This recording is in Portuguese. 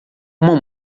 uma